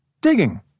Digging